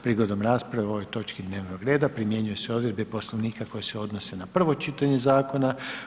Prigodom rasprave o ovoj točki dnevnog reda primjenjuju se odredbe Poslovnika koje se odnose na prvo čitanje zakona.